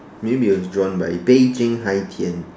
maybe he was drawn by Beijing hai-tian